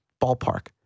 Ballpark